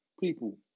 people